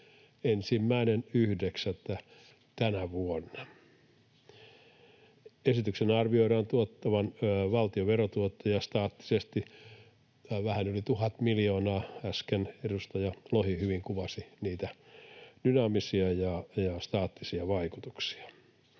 prosenttiin 1.9. tänä vuonna. Esityksen arvioidaan tuottavan valtion verotuottoja staattisesti vähän yli tuhat miljoonaa, ja äsken edustaja Lohi hyvin kuvasi niitä dynaamisia ja staattisia vaikutuksia.